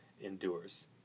endures